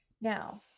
Now